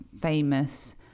famous